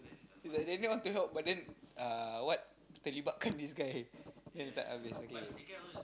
Daniel want to help but then uh what terlibatkan this guy then is like habis okay